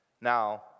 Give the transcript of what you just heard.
Now